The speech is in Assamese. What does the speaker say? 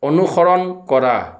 অনুসৰণ কৰা